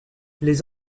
les